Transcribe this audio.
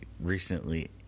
recently